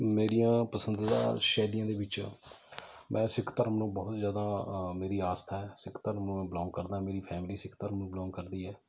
ਮੇਰੀਆਂ ਪਸੰਦੀਦਾ ਸ਼ੈਲੀਆਂ ਦੇ ਵਿੱਚ ਮੈਂ ਸਿੱਖ ਧਰਮ ਨੂੰ ਬਹੁਤ ਜ਼ਿਆਦਾ ਮੇਰੀ ਆਸਥਾ ਹੈ ਸਿੱਖ ਧਰਮ ਨੂੰ ਮੈਂ ਬਿਲੌਗ ਕਰਦਾ ਮੇਰੀ ਫੈਮਿਲੀ ਸਿੱਖ ਧਰਮ ਨੂੰ ਬਿਲੌਗ ਕਰਦੀ ਹੈ